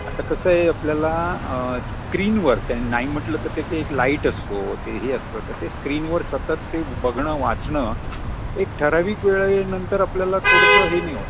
आता कसं आहे आपल्याला स्क्रीनवर त्या नाही म्हटलं तर ते ते एक लाईट असतो ते हे असतं तर ते स्क्रीनवर सतत ते बघणं वाचणं एक ठराविक वेळेनंतर आपल्याला थोडंसं हे नाही हो